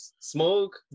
smoke